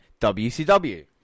WCW